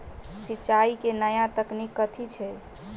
सिंचाई केँ नया तकनीक कथी छै?